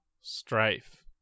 Strife